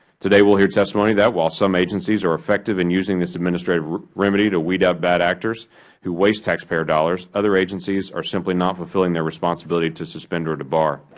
today we will hear testimony that while some agencies are effective in using this administrative remedy to weed out bad actors who waste taxpayer dollars, other agencies are simply not fulfilling their responsibility to suspend or debar.